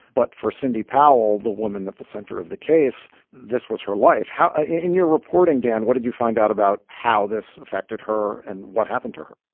but for cindy powell, the woman at the center of the case, this was her life. how ah in your reporting, dan, what did you find out about how this affected her and what happened to her?